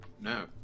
no